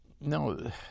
no